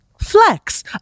flex